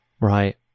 Right